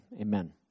amen